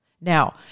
Now